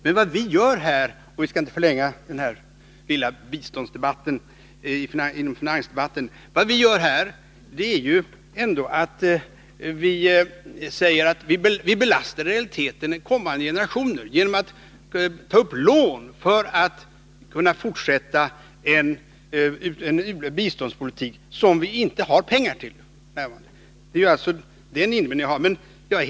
Jag skall inte förlänga den här lilla biståndsdebatten inom finansdebatten, men jag vill säga ytterligare några få ord. Visst har u-länderna det sämre än vi, men vad vi gör är ju i realiteten att vi belastar kommande generationer genom att ta upp lån för att kunna fortsätta en biståndspolitik som vi inte har pengar till f. n. Det är alltså den invändningen jag har.